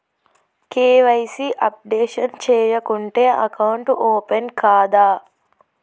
KYC updation చేయకుంటే account open కాదా?